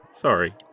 Sorry